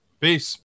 Peace